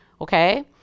okay